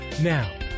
Now